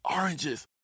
oranges